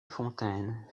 fontaine